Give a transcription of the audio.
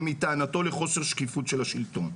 ומטענתו לחוסר שקיפות של השלטון.